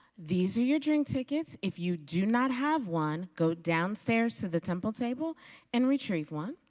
these are your drink tickets. if you do not have one, go downstairs to the temple table and retrieve one.